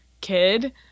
kid